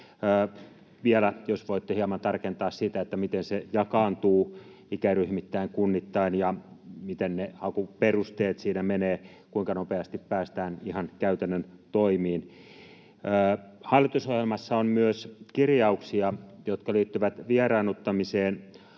Vielä jos voitte hieman tarkentaa sitä, miten se jakaantuu ikäryhmittäin, kunnittain ja miten ne hakuperusteet siinä menevät, kuinka nopeasti päästään ihan käytännön toimiin. Hallitusohjelmassa on myös kirjauksia, jotka liittyvät vieraannuttamiseen,